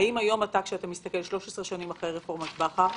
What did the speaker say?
האם כשאתה מסתכל היום 13 שנים אחרי רפורמת בכר אתה